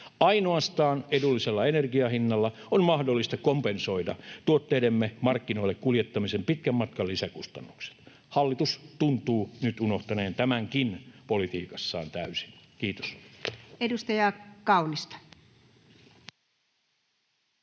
Ainoastaan edullisella energianhinnalla on mahdollista kompensoida tuotteidemme markkinoille kuljettamisen pitkän matkan lisäkustannukset. Hallitus tuntuu nyt unohtaneen tämänkin politiikassaan täysin. — Kiitos. [Speech 10]